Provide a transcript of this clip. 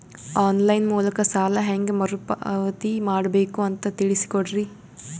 On line ಮೂಲಕ ಸಾಲ ಹೇಂಗ ಮರುಪಾವತಿ ಮಾಡಬೇಕು ಅಂತ ತಿಳಿಸ ಕೊಡರಿ?